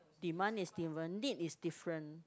demand is different need is different